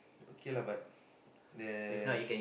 okay lah but the